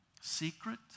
Secret